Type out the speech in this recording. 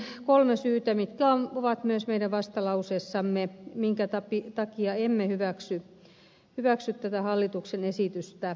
esittäisin kolme syytä jotka ovat myös meidän vastalauseessamme minkä takia emme hyväksy tätä hallituksen esitystä